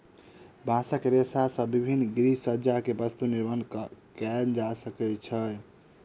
बांसक रेशा से विभिन्न गृहसज्जा के वस्तु के निर्माण कएल जा सकै छै